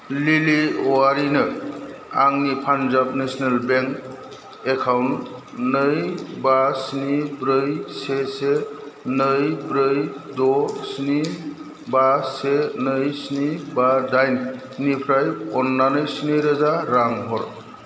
लिलि औवारिनो आंनि Punjab National Bank account नै बा स्नि ब्रै से से नै ब्रै द' स्नि बा से नै स्नि बा दाइन निफ्राय अन्नानै स्निरोजा रां हर